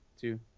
two